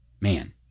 man